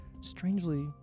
strangely